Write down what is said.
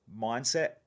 mindset